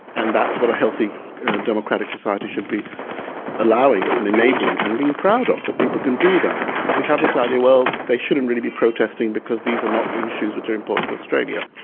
and that's what a healthy democratic society should be allowing and enabling and being proud of that people can do that we have this idea well, they shouldn't really be protesting because these are not real issues which are important to australia.